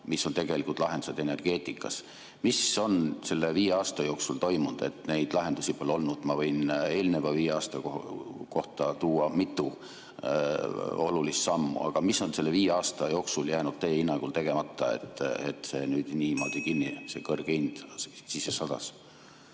mis on tegelikud lahendused energeetikas. Mis on selle viie aasta jooksul toimunud, et neid lahendusi pole olnud? Ma võin eelneva viie aasta kohta tuua mitu olulist sammu, aga mis on selle viie aasta jooksul jäänud teie hinnangul tegemata, et nüüd niimoodi see kõrge hind sisse sadas?